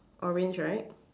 orange right